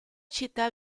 città